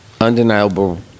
undeniable